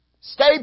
Stay